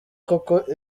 koko